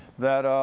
that